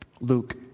Luke